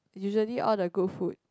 usually all the good food